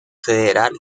federal